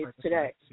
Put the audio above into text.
today